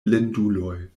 blinduloj